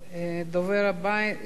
הדובר הבא, ישראל חסון,